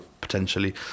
potentially